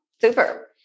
Super